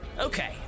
Okay